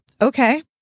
okay